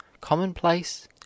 commonplace